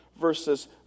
verses